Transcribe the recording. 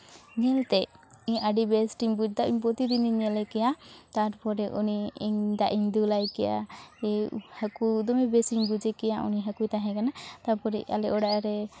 ᱧᱮᱞᱛᱮ ᱤᱧ ᱟᱹᱰᱤ ᱵᱮᱥᱤᱧ ᱵᱩᱡᱽᱫᱟ ᱤᱧ ᱯᱨᱚᱛᱤ ᱫᱤᱱᱤᱧ ᱧᱮᱞᱮᱜᱮᱭᱟ ᱛᱟᱨᱯᱚᱨᱮ ᱩᱱᱤ ᱤᱧ ᱫᱟᱜ ᱤᱧ ᱫᱩᱞᱟᱭ ᱠᱮᱭᱟ ᱟᱹᱭᱩᱵ ᱦᱟᱹᱠᱩ ᱫᱚᱢᱮ ᱵᱮᱥᱤᱧ ᱵᱩᱡᱮ ᱜᱮᱭᱟ ᱩᱱᱤ ᱦᱟᱹᱠᱩ ᱛᱟᱦᱮᱸᱠᱟᱱᱟ ᱛᱟᱨᱯᱚᱨᱮ ᱟᱞᱮ ᱚᱲᱟᱜ ᱨᱮ